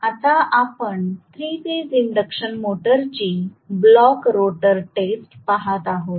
तर आता आपण 3 फेज इंडक्शन मोटरची ब्लॉक रोटर टेस्ट पहात आहोत